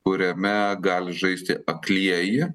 kuriame gali žaisti aklieji